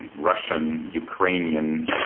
and russian, ukrainian,